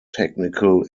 technical